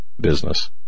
business